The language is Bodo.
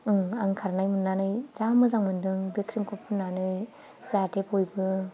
आं खारनाय मोननानै जा मोजां मोन्दों बे क्रिमखौ फुननानै जाहाथे बयबो